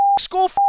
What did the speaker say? School